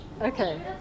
Okay